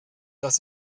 das